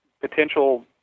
potential